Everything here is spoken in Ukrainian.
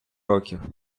років